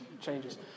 changes